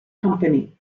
company